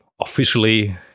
officially